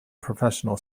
professional